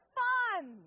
fun